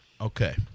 Okay